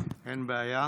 אין בעיה.